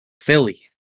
Philly